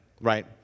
right